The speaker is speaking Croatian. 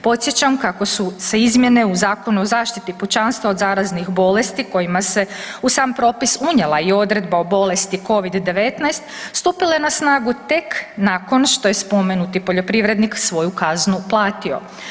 Podsjećam kako su se izmjene u Zakonu o zaštiti pučanstva od zaraznih bolesti kojima se u sam propis unijela i odredba o bolesti Covid-19 stupile na snagu tek nakon što je spomenuti poljoprivrednik svoju kaznu platio.